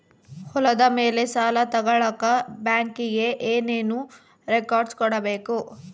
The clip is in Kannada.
ಹೊಲದ ಮೇಲೆ ಸಾಲ ತಗಳಕ ಬ್ಯಾಂಕಿಗೆ ಏನು ಏನು ರೆಕಾರ್ಡ್ಸ್ ಕೊಡಬೇಕು?